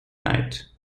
night